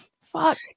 Fuck